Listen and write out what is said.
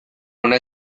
una